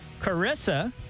Carissa